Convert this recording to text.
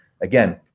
Again